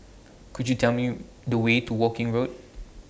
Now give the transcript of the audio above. Could YOU Tell Me The Way to Woking Road